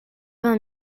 vingt